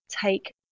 take